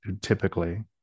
typically